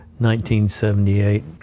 1978